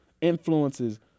influences